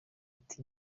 ati